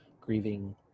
grieving